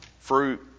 fruit